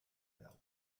belt